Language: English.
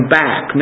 back